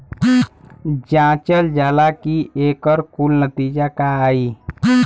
जांचल जाला कि एकर कुल नतीजा का आई